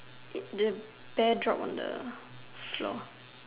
Did the bear drop on the floor